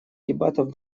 дебатов